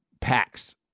packs